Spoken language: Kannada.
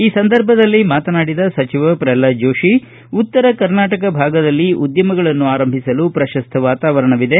ಈ ಸಂದರ್ಭದಲ್ಲಿ ಮಾತನಾಡಿದ ಸಚಿವ ಪ್ರಹ್ಲಾದ ಚೋತಿ ಉತ್ತರ ಕರ್ನಾಟಕ ಭಾಗದಲ್ಲಿ ಉದ್ಯಮಗಳನ್ನು ಆರಂಭಿಸಲು ಪ್ರಶಸ್ತ ವಾತಾವರಣವಿದೆ